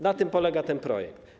Na tym polega ten projekt.